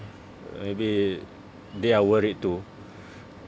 maybe they are worried too